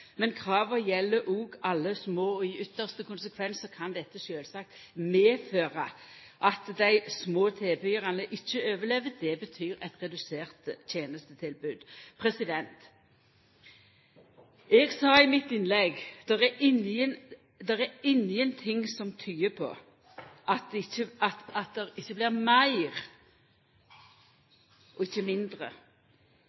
men kravet gjeld òg alle små, og i ytste konsekvens kan dette sjølvsagt medføra at dei små tilbydarane ikkje overlever. Det betyr eit redusert tenestetilbod. Eg sa i mitt innlegg at det er ingen ting som tyder på at det ikkje blir meir